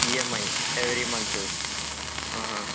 EMI every month